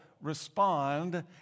respond